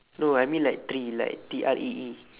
no I mean like tree like T R E E